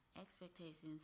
expectations